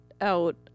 out